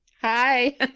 hi